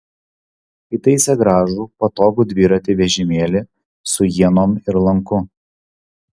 įtaisė gražų patogų dviratį vežimėlį su ienom ir lanku